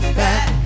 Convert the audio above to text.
back